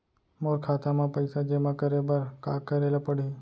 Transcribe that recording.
मोर खाता म पइसा जेमा करे बर का करे ल पड़ही?